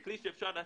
זה כלי שאפשר להטיל,